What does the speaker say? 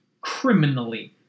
Criminally